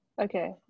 okay